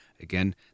Again